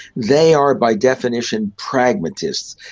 they are by definition pragmatists.